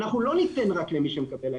אנחנו לא ניתן רק למי שמקבל היום,